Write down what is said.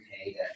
okay